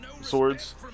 swords